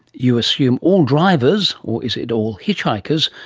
you assume all drivers or is it all hitchhikers?